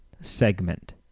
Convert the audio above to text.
segment